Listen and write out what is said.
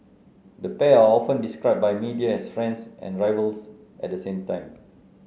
the pair are often described by media as friends and rivals at the same time